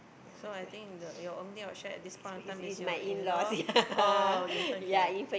so I think the your only option at this point of time is your in law or infant care